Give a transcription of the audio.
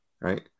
right